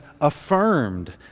affirmed